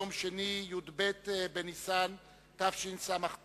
יום שני, י"ב בניסן התשס"ט,